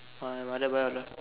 my mother buy all the